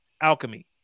alchemy